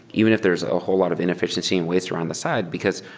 even if there is a whole lot of inefficiency and waste around the side, because,